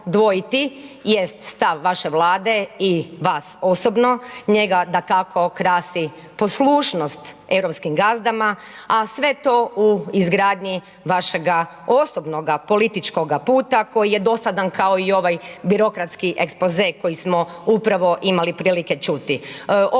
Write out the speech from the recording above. jest stav važe Vlade i vas osobno. Njega dakako krasi poslušnost europskih gazdama, a sve to u izgradnji vašega osobnoga političkoga puta koji je dosadan kao i ovaj birokratski expose koji smo upravo imali prilike čuti.